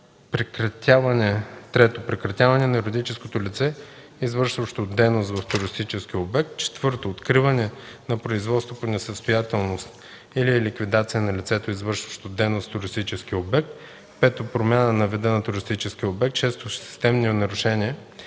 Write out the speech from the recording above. обект; 3. прекратяване на юридическото лице, извършващо дейност в туристическия обект; 4. откриване на производство по несъстоятелност или ликвидация на лицето, извършващо дейност в туристическия обект; 5. промяна на вида на туристическия обект; 6. системни нарушения